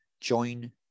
join